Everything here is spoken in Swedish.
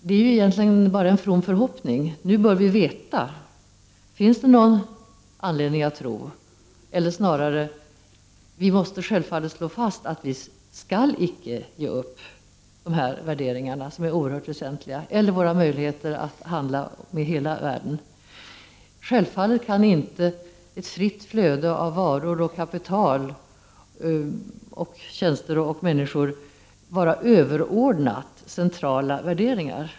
Det är egentligen bara en form eller en from förhoppning. Nu bör vi veta. Vi måste självfallet slå fast att vi inte skall ge upp de här värderingarna eller våra möjligheter att handla med hela världen. Självfallet kan inte ett fritt flöde av varor och kapital, tjänster och människor vara överordnat centrala värderingar.